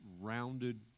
rounded